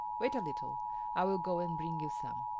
wait a little i will go and bring you some,